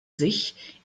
sich